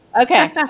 Okay